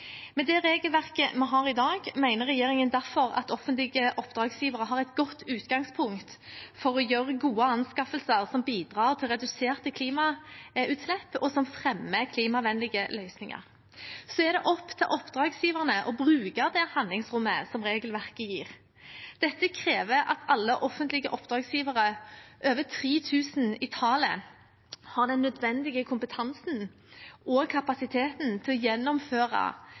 Med det regelverket vi har i dag, mener regjeringen derfor at offentlige oppdragsgivere har et godt utgangspunkt for å gjøre gode anskaffelser som bidrar til reduserte klimautslipp, og som fremmer klimavennlige løsninger. Så er det opp til oppdragsgiverne å bruke det handlingsrommet som regelverket gir. Dette krever at alle offentlige oppdragsgivere, over 3 000 i tallet, har den nødvendige kompetansen og kapasiteten til å gjennomføre